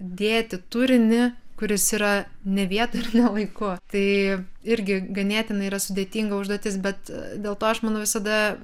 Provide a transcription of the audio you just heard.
dėti turinį kuris yra ne vietoj ir ne laiku tai irgi ganėtinai yra sudėtinga užduotis bet dėl to aš manau visada